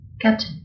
Captain